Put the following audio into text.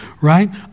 right